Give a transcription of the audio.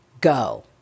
go